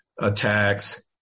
attacks